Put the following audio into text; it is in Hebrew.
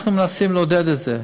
אנחנו מנסים לעודד את זה.